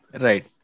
right